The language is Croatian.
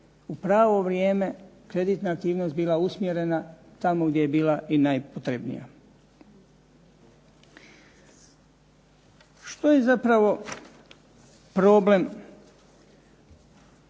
u pravo vrijeme kreditna aktivnost bila usmjerena tamo gdje je bila i najpotrebnija. Što je zapravo problem